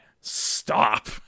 stop